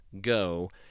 go